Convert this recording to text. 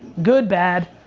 good, bad.